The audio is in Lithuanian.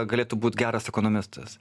galėtų būt geras ekonomistas